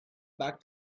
back